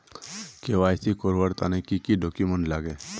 KYC करवार तने की की डॉक्यूमेंट लागे?